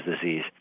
disease